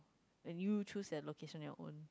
and you choose at location your own